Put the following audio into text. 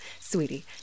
sweetie